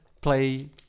play